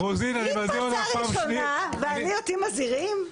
היא התפרצה ראשונה, ואותי מזהירים?